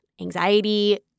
anxiety